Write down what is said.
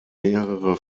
mehrere